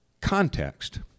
context